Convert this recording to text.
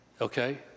Okay